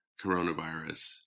coronavirus